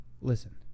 Listen